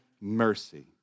mercy